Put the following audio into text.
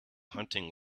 hunting